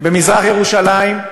בבית-ספר במזרח-ירושלים.